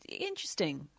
interesting